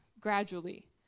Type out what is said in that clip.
gradually